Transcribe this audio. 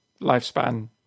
lifespan